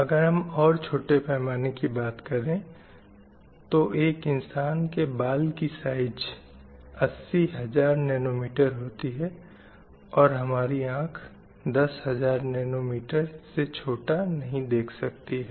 अगर हम और छोटे पैमाने की बात करें तो एक इंसान के बाल की साइज़ 80000 नैनोमीटर होती है और हमारी आँख 10000 नैनमीटर से छोटा नहीं देख सकती है